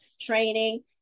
training